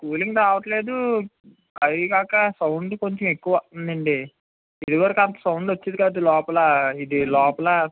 cooling రావట్లేదు అదికాక sound కొంచెం ఎక్కువ ఉందండి ఇదివరకు అంత సౌండ్ వచ్చేది కాదు లోపల ఇది లోపల